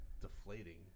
deflating